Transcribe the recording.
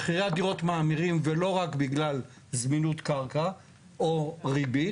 מחירי הדירות מאמירים ולא רק בגלל זמינות קרקע או ריבית.